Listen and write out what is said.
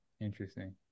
interesting